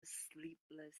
sleepless